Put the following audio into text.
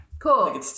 cool